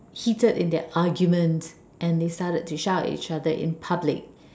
heated in their argument and they started to shout at each other in public